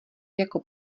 jako